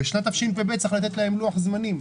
שנת תשפ"ב צריך לתת להם לוח זמנים.